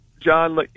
John